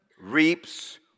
reaps